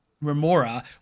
Remora